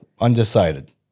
Undecided